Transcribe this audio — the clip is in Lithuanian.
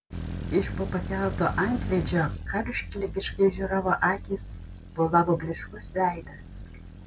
iš po pakelto antveidžio karštligiškai žioravo akys bolavo blyškus veidas